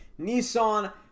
Nissan